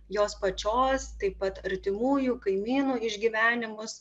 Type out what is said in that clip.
jos pačios taip pat artimųjų kaimynų išgyvenimus